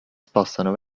spostano